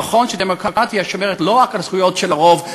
נכון שדמוקרטיה שומרת לא רק על הזכויות של הרוב,